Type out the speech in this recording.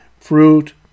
fruit